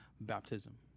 baptism